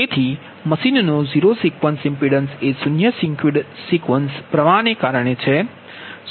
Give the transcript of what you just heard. તેથી મશીનનો zero sequence impedance એ શૂન્ય સિક્વન્સ પ્રવાહને કારણે છે